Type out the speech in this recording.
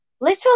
Little